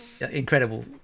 incredible